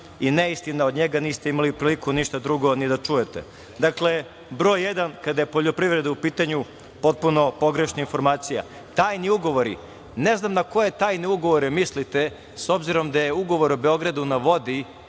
i neistina od njega niste imali priliku ništa drugo ni da čujete. Dakle, broj jedan kada je u poljoprivreda u pitanju potpuno pogrešna informacija. Tajni ugovori, ne znam na koje tajne ugovore mislite, s obzirom da je ugovor o „Beogradu na vodi“,